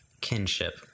kinship